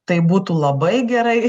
tai būtų labai gerai